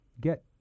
get